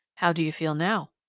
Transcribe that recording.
how do you feel now?